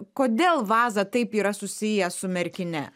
kodėl vaza taip yra susijęs su merkine